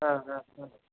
हां हां हां